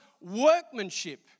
workmanship